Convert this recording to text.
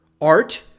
art